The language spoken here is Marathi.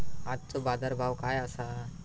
आजचो बाजार भाव काय आसा?